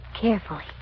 carefully